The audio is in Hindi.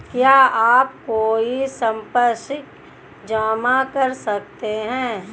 क्या आप कोई संपार्श्विक जमा कर सकते हैं?